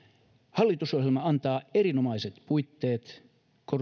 hallitusohjelma antaa erinomaiset puitteet